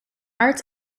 arts